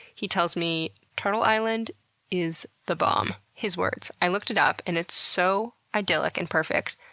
he tells me turtle island is the bomb. his words. i looked it up and it's so idyllic and perfect,